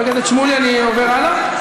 הכנסת שמולי, אני עובר הלאה?